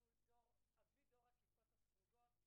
שהוא אבי דור הכיפות הסרוגות.